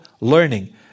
learning